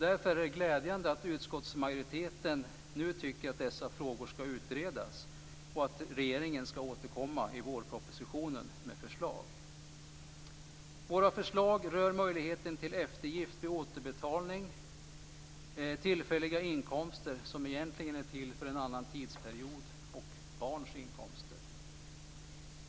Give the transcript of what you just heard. Därför är det glädjande att utskottsmajoriteten nu tycker att dessa frågor ska utredas och att regeringen ska återkomma med förslag i vårpropositionen. Våra förslag rör möjligheten till eftergift vid återbetalning, tillfälliga inkomster som egentligen är till för en annan tidsperiod och barns inkomster.